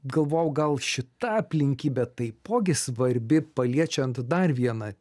galvojau gal šita aplinkybė taipogi svarbi paliečiant dar vieną